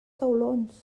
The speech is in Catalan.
taulons